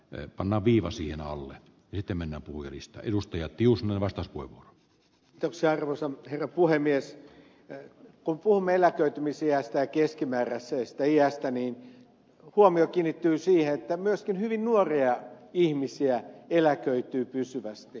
ne panna viivassien alle piti mennä puueristä edustaja tiusanen vastaiskuilla jos arvoisa puhemies tai kun keskimääräisestä iästä niin huomio kiinnittyy siihen että myöskin hyvin nuoria ihmisiä eläköityy pysyvästi